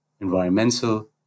environmental